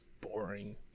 boring